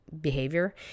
behavior